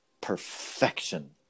perfection